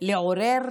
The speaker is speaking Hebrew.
לעורר